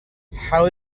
how